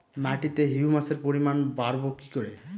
মাটিতে হিউমাসের পরিমাণ বারবো কি করে?